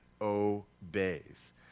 obeys